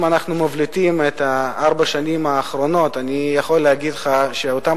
אם אנחנו מבליטים את ארבע השנים האחרונות אני יכול להגיד לך שאותם